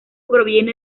proviene